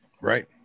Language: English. Right